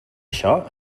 això